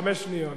חמש שניות.